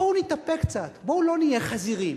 בואו נתאפק קצת, בואו לא נהיה חזירים.